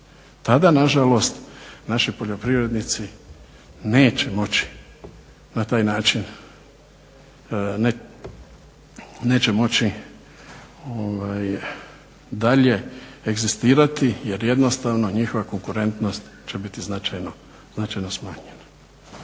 Tada nažalost naši poljoprivrednici neće moći na taj način, neće moći dalje egzistirati jer jednostavno njihova konkurentnost će biti značajno smanjena.